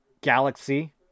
Galaxy